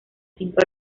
cinco